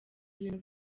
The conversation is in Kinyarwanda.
ibintu